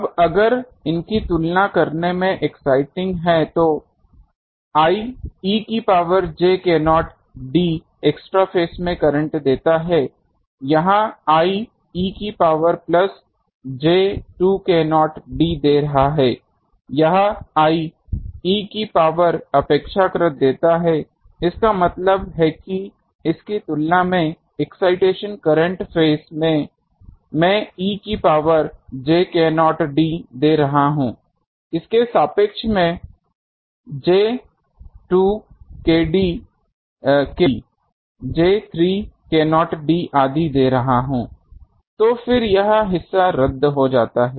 अब अगर इनकी तुलना करने में एक्साइटिंग है तो I e की power j k0 d extra phase में करंट देता है यहाँ I e की power plus j 2 k0 d दे रहा है यहाँ I e की पॉवर अपेक्षाकृत देता है इसका मतलब है कि इसकी तुलना में एक्साइटेशन करंट फेज में मैं e की पावर j k0 d दे रहा हूँ इसके सापेक्ष मैं j 2 k0 d आदि j 3 k0 d आदि दे रहा हूँ तो फिर यह हिस्सा रद्द हो जाता है